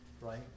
Right